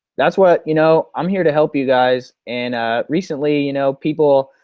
that's what you know i'm here to help you guys and ah recently you know people.